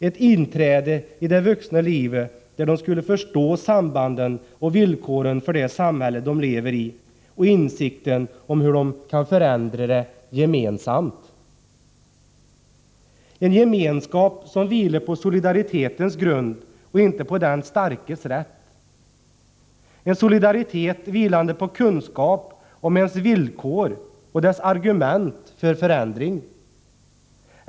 Ett inträde i det vuxna livet där de skulle förstå sambanden och villkoren för det samhälle de lever i och få insikt om hur de kan förändra det gemensamt. En gemenskap som vilade på solidaritetens grund och inte på den starkes rätt. En solidaritet vilande på kunskap om ens villkor och om argument för förändring.